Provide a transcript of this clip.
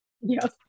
Yes